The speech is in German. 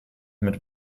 mit